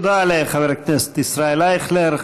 תודה לחבר הכנסת ישראל אייכלר.